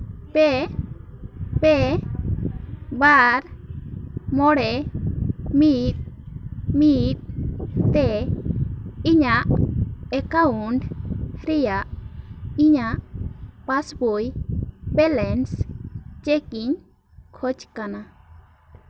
ᱯᱮ ᱯᱮ ᱵᱟᱨ ᱢᱚᱬᱮ ᱢᱤᱫ ᱢᱤᱫ ᱯᱮ ᱤᱧᱟᱹᱜ ᱮᱠᱟᱣᱩᱱᱴ ᱨᱮᱭᱟᱜ ᱤᱧᱟᱹᱜ ᱯᱟᱥ ᱵᱳᱭ ᱵᱮᱞᱮᱱᱥ ᱪᱮᱠᱤᱧ ᱠᱷᱚᱡ ᱠᱟᱱᱟ